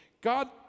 God